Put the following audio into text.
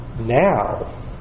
now